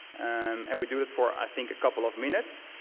um and we do it for, i think, a couple of minutes,